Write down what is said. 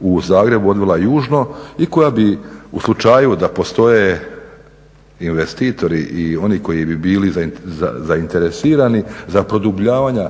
u Zagrebu odnijela južno i koja bi u slučaju da postoje investitori i oni koji bi bili zainteresirani za produbljenje